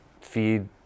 feed